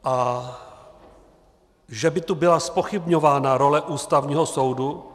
A že by tu byla zpochybňována role Ústavního soudu?